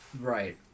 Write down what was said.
Right